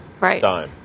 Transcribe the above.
Right